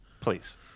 please